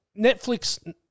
Netflix